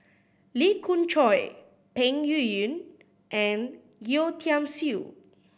Lee Khoon Choy Peng Yuyun and Yeo Tiam Siew